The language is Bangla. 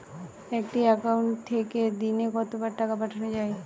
একটি একাউন্ট থেকে দিনে কতবার টাকা পাঠানো য়ায়?